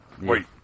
Wait